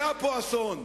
היה פה אסון.